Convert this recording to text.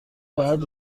باید